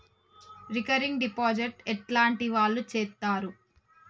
Recurring deposit ఎట్లాంటి వాళ్లు చేత్తరు?